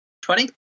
Twenty